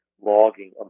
logging